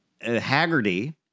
Haggerty